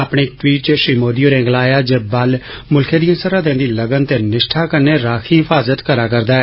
अपने इक ट्वीट च श्री मोदी होरें गलाया जे बल मुल्खे दिए सरहदें दी लग्न ते निष्ठा कन्नै राखी हिफाजत करा करदा ऐ